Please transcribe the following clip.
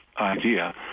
idea